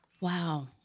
Wow